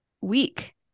week